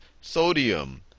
Sodium